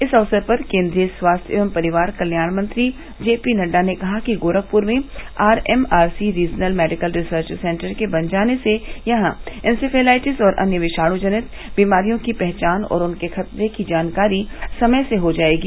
इस अवसर पर केन्द्रीय स्वास्थ्य एवं परिवार कल्याण मंत्री जेपीनड्डा ने कहा कि गोरखपुर में RMRC regional medical research centre के बन जाने से यहां इन्सेफेलाइटिस और अन्य विशाणु जनति बीमारियों की पहचान और उनके खतरे की जानकारी समय से हो जायेगी